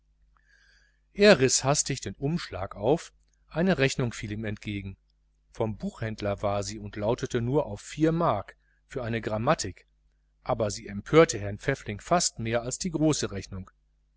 er riß hastig den umschlag auf eine rechnung fiel ihm entgegen vom buchhändler war sie und lautete nur auf vier mark für eine grammatik aber sie empörte herrn pfäffling fast mehr als die große rechnung